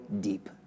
deep